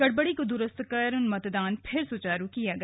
गड़बड़ी को द्रूस्त कर मतदान फिर सुचारू किया गया